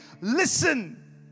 listen